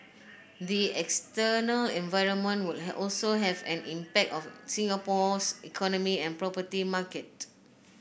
the external environment would also have an impact on Singapore's economy and property market